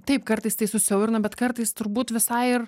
taip kartais tai susiaurina bet kartais turbūt visai ir